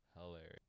Hilarious